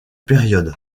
période